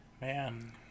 Man